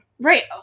Right